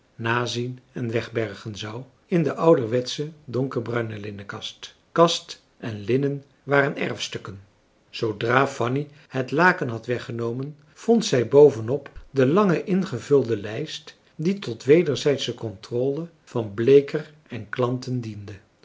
nazien en wegbergen zou in de ouderwetsche donkerbruine linnenkast kast en linnen waren erfstukken zoodra fanny het laken had weggenomen vond zij bovenop de lange ingevulde lijst die tot wederzijdsche contrôle van bleeker en klanten diende